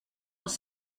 els